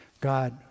God